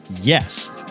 Yes